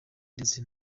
ndetse